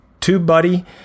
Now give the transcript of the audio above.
TubeBuddy